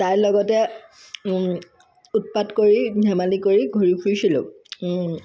তাইৰ লগতে উৎপাত কৰি ধেমালি কৰি ঘূৰি ফুৰিছিলো